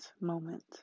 moment